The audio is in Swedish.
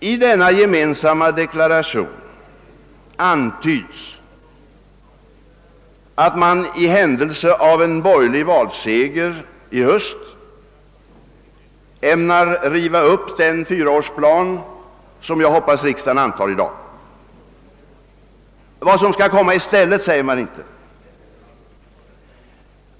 I denna gemensamma deklaration antyds att man i händelse av en borgerlig valseger i höst ämnar riva upp den fyraårsplan som jag hoppas att riksdagen antar i dag. Vad som skall komma i stället säger man inte.